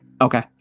Okay